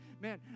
man